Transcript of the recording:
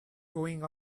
going